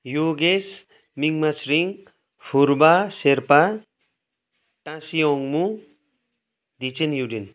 Yogesh मिङ्मा Tshering Phurba Sherpa Tashi ओङ्मू Dechen Yuden